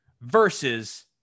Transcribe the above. versus